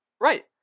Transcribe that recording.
Right